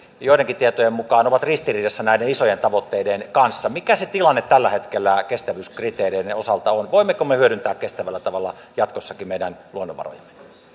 joidenkin tietojen mukaan ovat ristiriidassa näiden isojen tavoitteiden kanssa mikä se tilanne tällä hetkellä kestävyyskriteereiden osalta on voimmeko me hyödyntää kestävällä tavalla jatkossakin meidän luonnonvarojamme